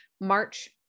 March